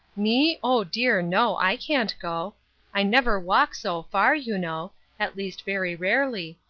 me? oh, dear, no! i can't go i never walk so far you know at least very rarely,